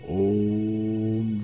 om